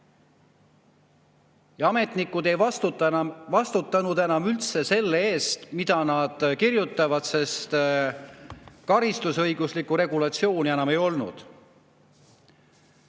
Ametnikud ei vastuta enam üldse selle eest, mida nad kirjutavad, sest karistusõiguslikku regulatsiooni enam ei ole.